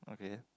okay